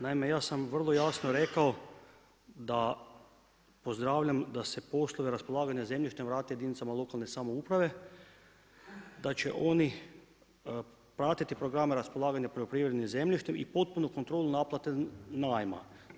Naime, ja sam vrlo jasno rekao da pozdravljam da se poslove raspolaganja zemljištem vrate jedinicama lokalne samouprave, da će oni pratiti program raspolaganja poljoprivrednim zemljištem i potpunu kontrolu naplate najma.